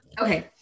Okay